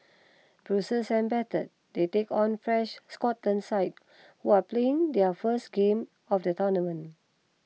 bruised and battered they take on fresh Scotland side who are playing their first game of the tournament